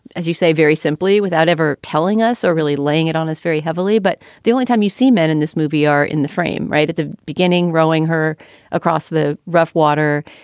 as you say, very simply, without ever telling us or really laying it on us very heavily. but the only time you see men in this movie are in the frame right at the beginning, rowing her across the rough water.